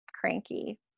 cranky